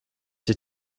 sie